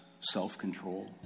self-control